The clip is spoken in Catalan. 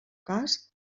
cas